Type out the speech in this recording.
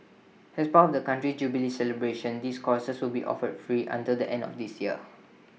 has part of the country's jubilee celebrations these courses will be offered free until the end of this year